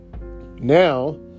now